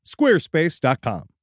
squarespace.com